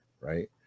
right